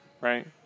right